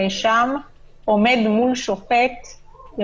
ממתאם הפעולות בממשלה בשטחים,